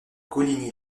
coligny